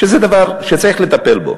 שזה דבר שצריך לטפל בו,